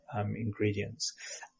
ingredients